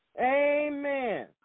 Amen